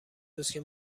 روزکه